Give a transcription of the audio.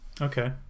Okay